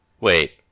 Wait